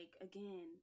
again